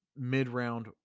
mid-round